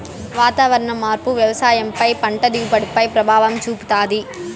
వాతావరణ మార్పు వ్యవసాయం పై పంట దిగుబడి పై ప్రభావం చూపుతాది